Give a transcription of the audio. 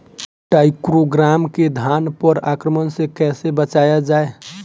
टाइक्रोग्रामा के धान पर आक्रमण से कैसे बचाया जाए?